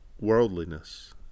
worldliness